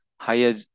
higher